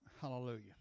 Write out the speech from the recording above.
Hallelujah